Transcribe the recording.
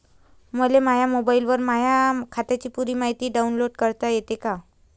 मले माह्या मोबाईलवर माह्या खात्याची पुरी मायती डाऊनलोड करता येते का?